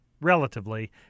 relatively